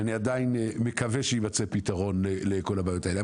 ואני עדיין מקווה שיימצא פתרון לכל הבעיות האלה.